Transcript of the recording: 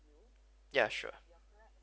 ya sure